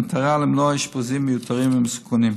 במטרה למנוע אשפוזים מיותרים ומסוכנים,